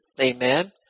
Amen